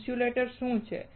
insulator શું છે